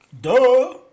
duh